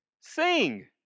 Sing